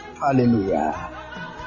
Hallelujah